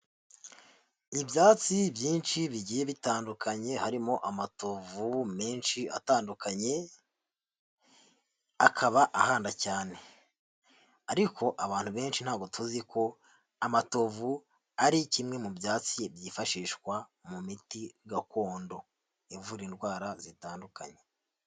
Ibyatsi byinshi bigiye bitandukanye, harimo amatovu menshi atandukanye, akaba ahanda cyane, ariko abantu benshi ntabwo tuzi ko amatovu ari kimwe mu byatsi byifashishwa mu miti gakondo ivura indwara zitandukanye.